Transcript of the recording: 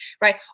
right